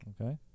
Okay